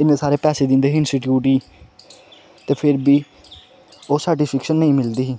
इन्ने सारे पेसे दिंदे हे इस्टीटयूट गी ते फिर बी ओह् साढ़ी शिक्षा नेईं मिलदी ही